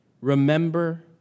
Remember